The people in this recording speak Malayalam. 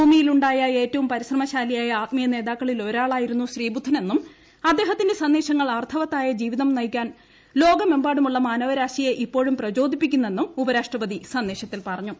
ഭൂമിയിലുണ്ടായ ഏറ്റവും പരിശ്രമശാലിയായ ആത്മീയ നേതാക്കളിലൊരാളായിരുന്നു ശ്രീബുദ്ധനെന്നും അദ്ദേഹത്തിന്റെ സന്ദേശങ്ങൾ അർത്ഥവത്തായ ജീവിതം നയിക്കാൻ ലോകമെമ്പാടുമുള്ള മാനവരാശിയെ ഇപ്പോഴും പ്രചോദിപ്പിക്കുന്നെന്നും ഉപരാഷ്ട്രപതി സന്ദേശത്തിൽ പറഞ്ഞു